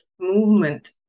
movement